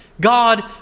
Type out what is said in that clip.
God